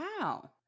Wow